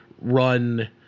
run